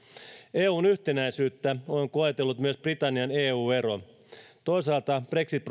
eun yhtenäisyyttä on koetellut myös britannian eu ero toisaalta brexit